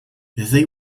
they